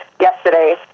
yesterday